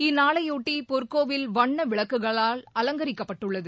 இந்நாளையொட்டி பொற்கோவில் வண்ண விளக்குகளால் அலங்கரிக்கப்பட்டுள்ளது